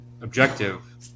objective